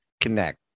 Connect